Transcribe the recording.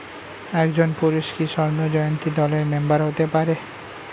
একজন পুরুষ কি স্বর্ণ জয়ন্তী দলের মেম্বার হতে পারে?